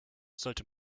sollte